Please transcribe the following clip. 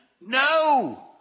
No